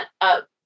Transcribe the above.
up